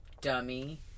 dummy